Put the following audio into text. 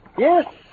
Yes